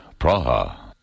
Praha